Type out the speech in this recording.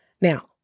Now